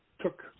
took